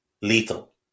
Lethal